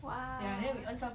!wow!